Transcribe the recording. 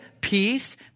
peace